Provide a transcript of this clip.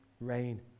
rain